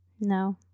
no